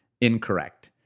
incorrect